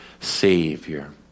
savior